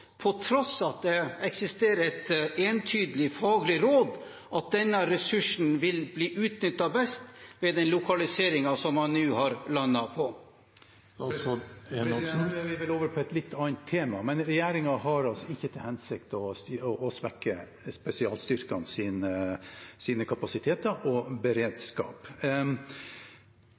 på tross av at det eksisterer et entydig faglig råd om at denne ressursen vil bli utnyttet best ved den lokaliseringen som man nå har landet på? Nå er vi vel over på et litt annet tema, men regjeringen har altså ikke til hensikt å svekke spesialstyrkenes kapasiteter og beredskap. Men for å